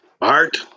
Art